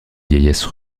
vieillesse